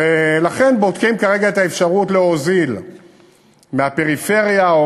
לכן בודקים כרגע את האפשרות להוזיל את הנסיעות מהפריפריה,